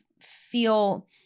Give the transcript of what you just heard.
feel –